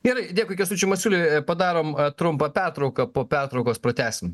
gerai dėkui kęstučiui masiuliui padarom trumpą pertrauką po pertraukos pratęsim